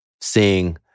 seeing